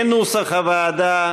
כנוסח הוועדה,